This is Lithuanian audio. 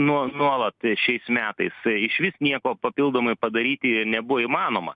nuo nuolat šiais metais išvis nieko papildomai padaryti nebuvo įmanoma